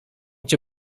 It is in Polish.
cię